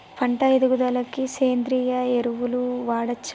పంట ఎదుగుదలకి సేంద్రీయ ఎరువులు వాడచ్చా?